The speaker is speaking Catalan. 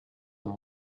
amb